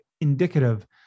indicative